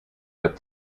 but